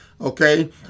okay